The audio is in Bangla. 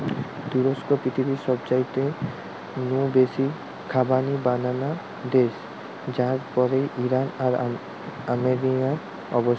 তুরস্ক পৃথিবীর সবচাইতে নু বেশি খোবানি বানানা দেশ যার পরেই ইরান আর আর্মেনিয়ার অবস্থান